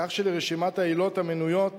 כך שלרשימת העילות המנויות